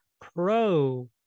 pro